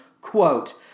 Quote